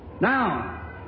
Now